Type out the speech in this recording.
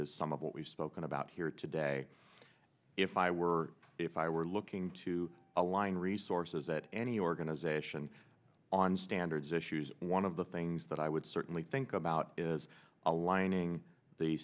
is some of what we've spoken about here today if i were if i were looking to align resources that any organization on standards issues one of the things that i would certainly think about is aligning the